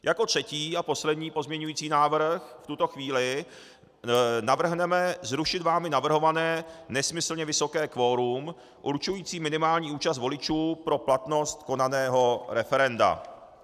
Jako třetí a poslední pozměňovací návrh v tuto chvíli navrhneme zrušit vámi navrhované nesmyslně vysoké kvorum určující minimální účast voličů pro platnost konaného referenda.